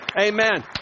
Amen